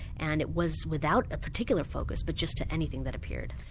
and it was without a particular focus but just to anything that appeared.